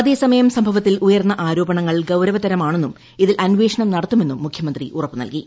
അതേസമയം സംഭവത്തിൽ ഉയർന്ന ആരോപണങ്ങൾ ഗൌരവര്ത്രമാണെന്നും ഇതിൽ അന്വേഷണം നടത്തുമെന്നും മുഖ്യമന്ത്രി ഉറപ്പ് നൽകി